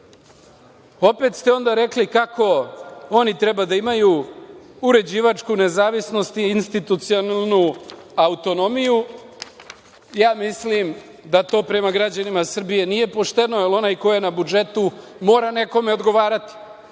ste onda rekli kako oni treba da imaju uređivačku nezavisnost i institucionalnu autonomiju. Mislim da to prema građanima Srbije nije pošteno, jer onaj ko je na budžetu mora nekom odgovarati.